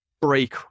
break